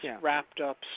wrapped-up